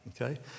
Okay